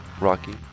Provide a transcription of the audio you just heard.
Rocky